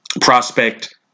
prospect